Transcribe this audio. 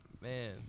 man